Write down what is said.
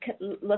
look